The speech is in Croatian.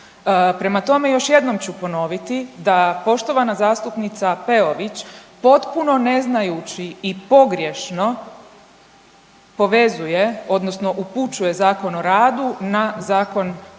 Prema tome još jednom ću ponoviti da poštovana zastupnica Peović potpuno ne znajući i pogriješno povezuje odnosno upućuje Zakon o radu na Zakon o